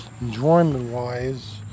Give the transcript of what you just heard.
enjoyment-wise